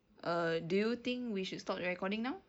err do you think we should stop the recording now